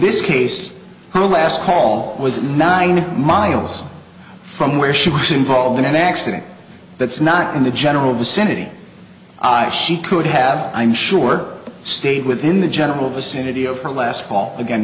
this case her last call was at nine miles from where she was involved in an accident that's not in the general vicinity i she could have i'm sure stayed within the general vicinity of her last call again